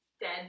Dead